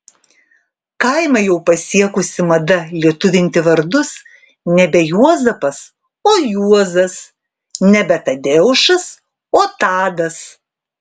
kaimą jau pasiekusi mada lietuvinti vardus nebe juozapas o juozas nebe tadeušas o tadas